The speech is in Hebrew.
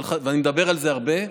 ואני מדבר על זה הרבה,